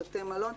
בתי מלון,